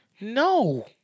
No